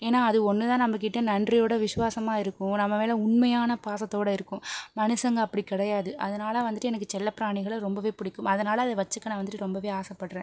ஏன்னால் அது ஒன்றுதான் நம்மகிட்ட நன்றியோடு விசுவாசமாக இருக்கும் நம்ம மேல் உண்மையான பாசத்தோடு இருக்கும் மனுஷங்க அப்படி கிடையாது அதனால் வந்துட்டு எனக்கு செல்ல பிராணிகளை ரொம்பவே பிடிக்கும் அதனால் அதை வச்சிக்க நான் வந்துட்டு ரொம்பவே ஆசைப்படுறேன்